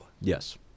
Yes